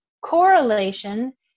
Correlation